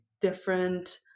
different